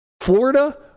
Florida